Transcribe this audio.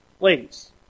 Ladies